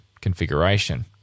configuration